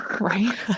Right